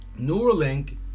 Neuralink